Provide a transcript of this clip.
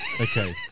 Okay